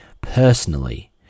personally